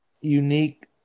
unique